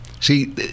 See